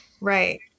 Right